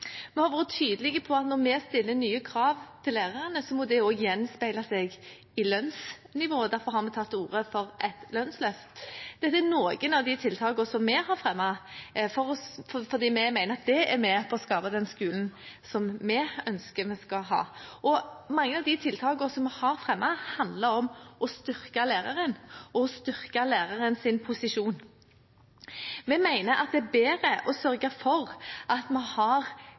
Vi har vært tydelige på at når vi stiller nye krav til lærerne, må det også gjenspeile seg i lønnsnivået. Derfor har vi tatt til orde for et lønnsløft. Dette er noen av de tiltakene vi har fremmet fordi vi mener det er med på å skape den skolen som vi ønsker å ha. Mange av tiltakene vi har fremmet, handler om å styrke læreren og lærerens posisjon. Vi mener det er bedre å sørge for at vi har